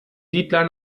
siedler